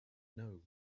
know